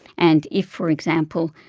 and if, for example,